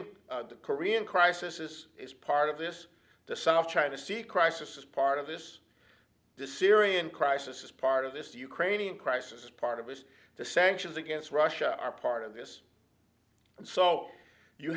korean the korean crisis is is part of this the south china sea crisis is part of this desir ian crisis is part of this ukrainian crisis is part of it the sanctions against russia are part of this and so you